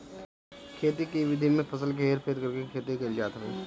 खेती के इ विधि में फसल के हेर फेर करके खेती कईल जात हवे